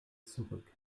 zurück